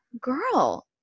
girl